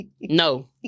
no